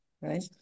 right